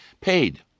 paid